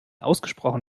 ausgesprochen